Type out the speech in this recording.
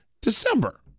December